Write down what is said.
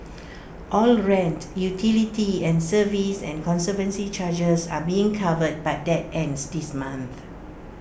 all rent utility and service and conservancy charges are being covered but that ends this month